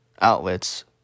outlets